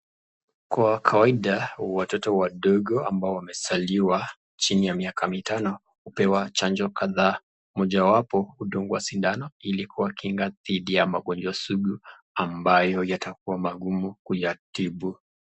Kwa kawaida watoto wadogo ambao wamezaliwa chini ya miaka mitano, hupewa chanjo kadhaa. Moja wapo hudungwa sindano ili kuwa kinga dhidi ya magonjwa sugu ambayo yatakuwa magumu kuyatibu.